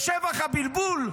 בשבח הבלבול?